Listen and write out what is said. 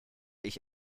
ich